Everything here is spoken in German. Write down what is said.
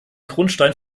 grundstein